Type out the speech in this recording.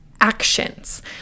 actions